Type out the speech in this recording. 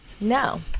No